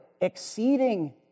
exceeding